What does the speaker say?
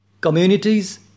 communities